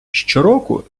щороку